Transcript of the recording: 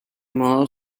modo